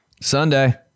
Sunday